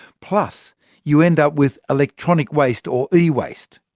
plus you end up with electronic waste, or ewaste.